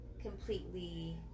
completely